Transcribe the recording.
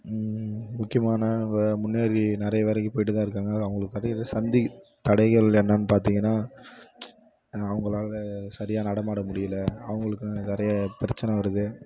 முக்கியமான வ முன்னேறி நிறைய வேலைக்கு போயிட்டு தான் இருக்காங்க அவங்க சந்திக்கும் தடைகள் என்னென்னு பார்த்திங்கன்னா அவங்களால சரியாக நடமாட முடியல அவங்களுக்கு நிறைய பிரச்சனை வருது